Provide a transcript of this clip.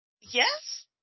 Yes